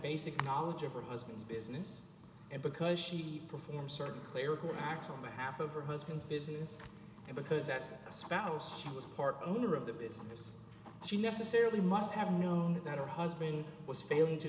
basic knowledge of her husband's business and because she perform certain clerical racks on behalf of her husband's business and because that's a spouse she was part owner of the business she necessarily must have known that her husband was failing to